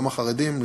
גם החרדים,